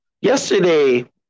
Yesterday